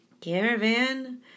Caravan